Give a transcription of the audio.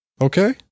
Okay